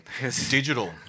Digital